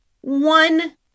one